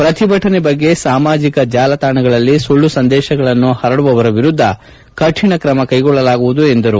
ಪ್ರತಿಭಟನೆ ಬಗ್ಗೆ ಸಾಮಾಜಿಕ ಜಾಲತಾಣಗಳಲ್ಲಿ ಸುಳ್ಳು ಸಂದೇತಗಳನ್ನು ಪರಡುವವರ ವಿರುದ್ದ ಕಠಿಣ ಕ್ರಮ ಕೈಗೊಳ್ಳಲಾಗುವುದು ಎಂದರು